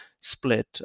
Split